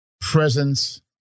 presence